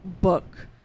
book